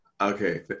Okay